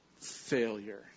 failure